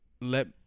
Let